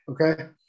Okay